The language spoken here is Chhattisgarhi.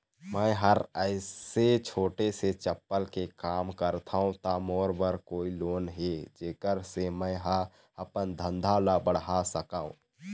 मैं हर ऐसे छोटे से चप्पल के काम करथों ता मोर बर कोई लोन हे जेकर से मैं हा अपन धंधा ला बढ़ा सकाओ?